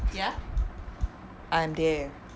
ya I am there